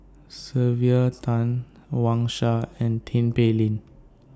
Sylvia Tan Wang Sha and Tin Pei Ling